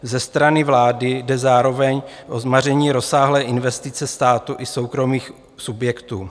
Ze strany vlády jde zároveň o zmaření rozsáhlé investice státu i soukromých subjektů.